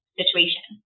situation